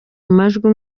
majwi